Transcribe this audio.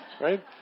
right